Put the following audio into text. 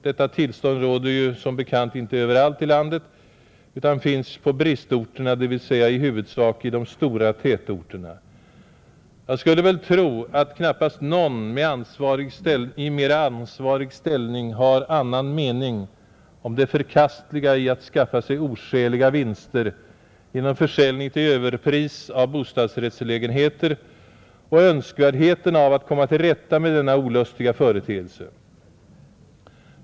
Detta tillstånd råder som bekant inte överallt i landet utan finns på bristorterna, dvs. i huvudsak de stora tätorterna, Jag skulle tro att knappast någon i mera ansvarig ställning har annan mening om det förkastliga i att skaffa sig oskäliga vinster genom försäljning till överpris av bostadsrättslägenheter och önskvärdheten av att komma till rätta med denna olustiga företeelse.